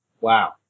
Wow